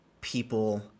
people